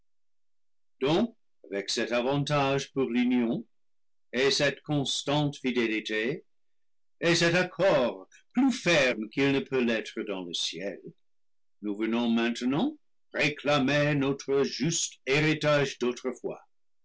avec cet avantage pour l'union et cette constante fidélité et cet accord plus ferme qu'il ne peut l'être dans le ciel nous venons maintenant réclamer notre juste héritage d'autrefois